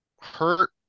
hurt